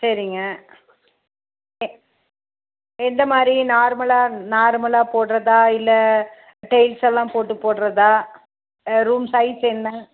சரிங்க எ எந்த மாதிரி நார்மலாக நார்மலாக போடுறதா இல்லை டெயில்ஸ் எல்லாம் போட்டு போடுறதா ஆ ரூம் சைஸ் என்ன